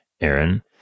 Aaron